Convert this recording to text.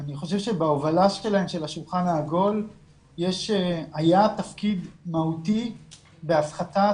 ואני חושב שבהובלה שלהם של השולחן העגול היה תפקיד מהותי בהפחתת